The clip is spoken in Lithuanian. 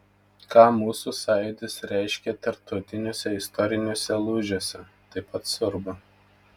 ką mūsų sąjūdis reiškė tarptautiniuose istoriniuose lūžiuose taip pat svarbu